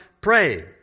pray